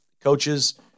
Coaches